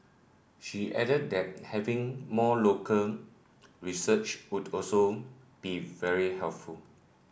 she added that having more local research would also be very helpful